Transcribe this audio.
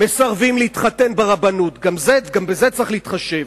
מסרבים להתחתן ברבנות, גם בזה צריך להתחשב,